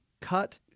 cut